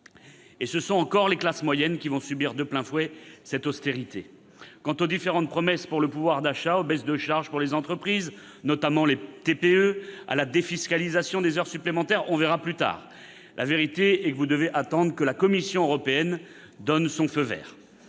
Et ce sont encore les classes moyennes qui vont subir de plein fouet cette austérité. Quant aux différentes promesses pour le pouvoir d'achat, aux baisses de charges pour les entreprises, notamment les TPE, à la défiscalisation des heures supplémentaires, on verra plus tard ! La vérité est que vous devez attendre que la Commission européenne donne son feu vert.